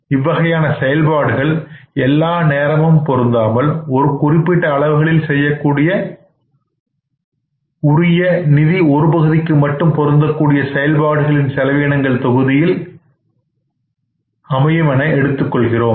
இவ்வகையான செயல்பாடுகள் எல்லா நேரமும் பொருந்தாமல் ஒரு குறிப்பிட்ட அளவுகளில் செய்யக்கூடிய உட்பட உரிய நீதி ஒரு பகுதிக்கு மட்டும் பொருந்தக்கூடிய செயல்பாடுகளின் செலவினங்களை நாம் தொகுதியில் நிலை செலவீனங்கள் என்று எடுத்துக் கொள்கிறோம்